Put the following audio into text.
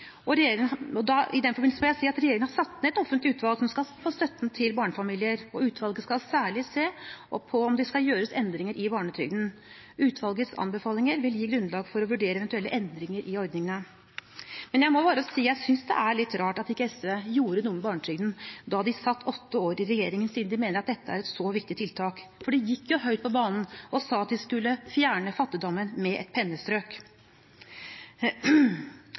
I den forbindelse må jeg si at regjeringen har satt ned et offentlig utvalg som skal se på støtten til barnefamilier. Utvalget skal særlig se på om det skal gjøres endringer i barnetrygden. Utvalgets anbefalinger vil gi grunnlag for å vurdere eventuelle endringer i ordningen. Jeg må bare si jeg synes det er litt rart at SV ikke gjorde noe med barnetrygden da de satt åtte år i regjering, siden de mener at dette er et så viktig tiltak. De gikk høyt på banen og sa at de skulle fjerne fattigdommen med et pennestrøk.